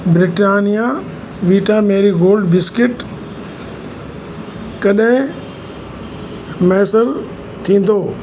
Britannia Vita Marie Gold biscuit कॾहिं मुयसरु थींदो